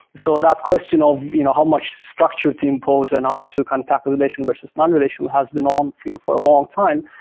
so that question of you know how much structure to impose and how to kind of tackle relational versus non-relational has been on for you know for a longtime.